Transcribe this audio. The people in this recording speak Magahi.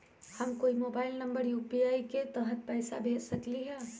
हम कोई के मोबाइल नंबर पर यू.पी.आई के तहत पईसा कईसे भेज सकली ह?